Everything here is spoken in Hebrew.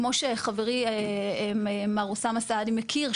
כמו שחברי מר אוסאמה סעדי מכיר,